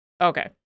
Okay